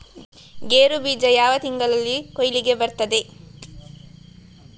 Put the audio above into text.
ಗೇರು ಬೀಜ ಯಾವ ತಿಂಗಳಲ್ಲಿ ಕೊಯ್ಲಿಗೆ ಬರ್ತದೆ?